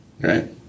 right